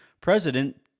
President